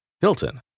Hilton